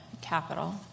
capital